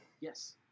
Yes